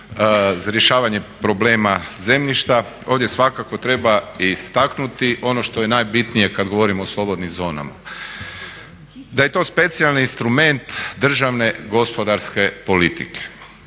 za rješavanje problema zemljišta ovdje svakako treba istaknuti ono što je najbitnije kad govorimo o slobodnim zonama. Da je to specijalni instrument državne gospodarske politike